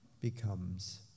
becomes